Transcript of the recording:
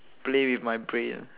play with my brains